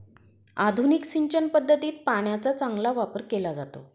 आधुनिक सिंचन पद्धतीत पाण्याचा चांगला वापर केला जातो